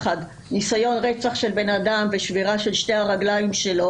ניסיון רצח של בן אדם ושבירה של שתי הרגליים שלו